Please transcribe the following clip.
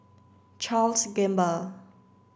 Charles Gamba